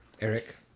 eric